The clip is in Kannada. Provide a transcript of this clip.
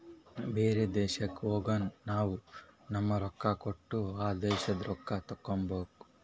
ಬೇರೆ ದೇಶಕ್ ಹೋಗಗ್ ನಾವ್ ನಮ್ದು ರೊಕ್ಕಾ ಕೊಟ್ಟು ಆ ದೇಶಾದು ರೊಕ್ಕಾ ತಗೋಬೇಕ್